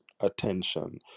attention